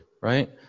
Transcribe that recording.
right